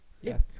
Yes